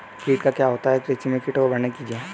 कीट क्या होता है कृषि में कीटों का वर्णन कीजिए?